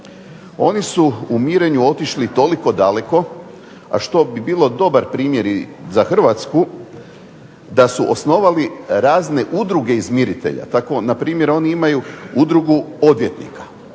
Oni su u mirenju otišli toliko daleko, a što bi bio i dobar primjer i za Hrvatsku da su osnovali razne udruge izmiritelja. Tako na primjer oni imaju Udrugu odvjetnika